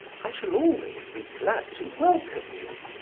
i shall always be glad to welcome you.